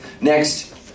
Next